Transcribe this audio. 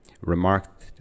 remarked